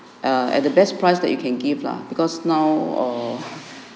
err at the best price that you can give lah because now or